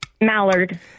Mallard